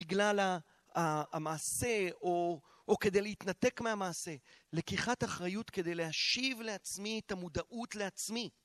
בגלל המעשה, או כדי להתנתק מהמעשה. לקיחת אחריות כדי להשיב לעצמי את המודעות לעצמי.